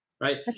right